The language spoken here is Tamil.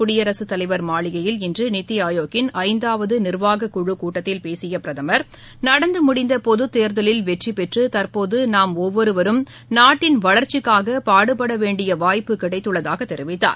குடியரசுத் தலைவர் மாளிகையில் இன்று நித்தி ஆயோகின் ஐந்தாவது நிர்வாகக்குழு கூட்டத்தில் பேசிய பிரதமர் நடந்து முடிந்த பொதுத் தேர்தலில் வெற்றி பெற்று தற்போது நாம் ஒவ்வொருவரும் நாட்டின் வளர்ச்சிக்காக பாடுபட வேண்டிய வாய்ப்பு கிடைத்துள்ளதாகத் தெரிவித்தார்